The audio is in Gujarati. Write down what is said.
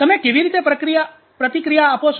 તમે કેવી રીતે પ્રતિક્રિયા આપો છો